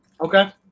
okay